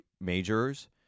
majors